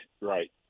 right